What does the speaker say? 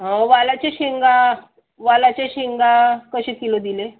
वालाचे शेंगा वालाचे शेंगा कसे किलो दिले